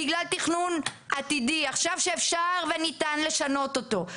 בגלל תכנון עתידי עכשיו כשאפשר וניתן לשנות אותו.